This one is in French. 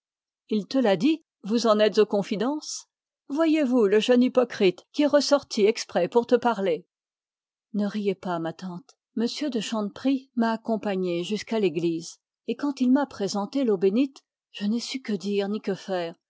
il te l'a dit vous en êtes aux confidences voyez-vous le jeune hypocrite qui est ressorti exprès pour te parler ne riez pas ma tante m de chanteprie m'a accompagnée jusqu'à l'église et quand il m'a présenté l'eau bénite je n'ai su que dire ni que faire